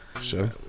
Sure